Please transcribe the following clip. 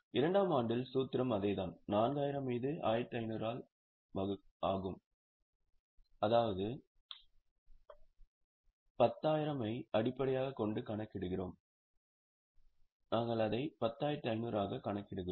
2 ஆம் ஆண்டில் சூத்திரம் அதேதான் 4000 மீது 1500 ஆகும் அதாவது 10000 ஐ அடிப்படையாகக் கொண்டு கணக்கிடுகிறோம் நாங்கள் அதை 10500 ஆக கணக்கிடுகிறோம்